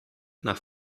nach